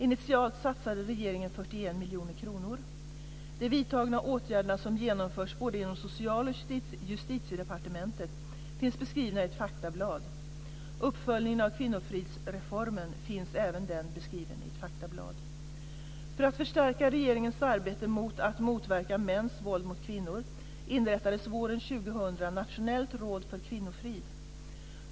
Initialt satsade regeringen 41 miljoner kronor. De vidtagna åtgärderna, som genomförs både inom Socialdepartementet och inom Justitiedepartementet, finns beskrivna i ett faktablad. Uppföljningen av kvinnofridsreformen finns även den beskriven i ett faktablad. För att förstärka regeringens arbete med att motverka mäns våld mot kvinnor inrättades våren 2000 Nationellt råd för Kvinnofrid.